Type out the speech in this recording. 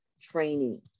training